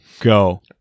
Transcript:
go